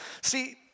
See